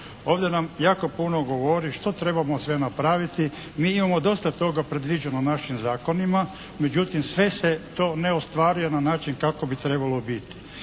Ovdje nam jako puno govori što trebamo sve napraviti. Mi imamo dosta toga predviđeno u našim zakonima. Međutim, sve se to ne ostvaruje na način kako bi trebalo biti.